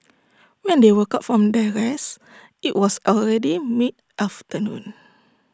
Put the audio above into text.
when they woke up from their rest IT was already mid afternoon